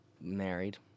married